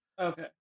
Okay